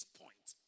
point